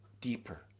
deeper